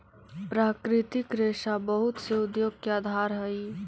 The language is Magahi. प्राकृतिक रेशा बहुत से उद्योग के आधार हई